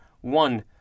one